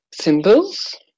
Symbols